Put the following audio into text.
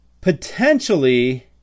Potentially